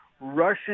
Russian